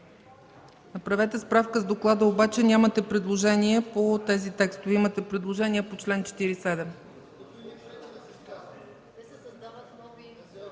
Направете справка с доклада, защото нямате предложения по тези текстове. Имате предложения до чл. 47.